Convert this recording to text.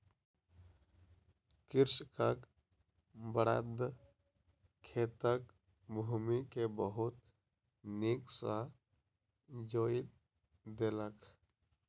कृषकक बड़द खेतक भूमि के बहुत नीक सॅ जोईत देलक